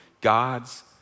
God's